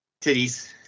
titties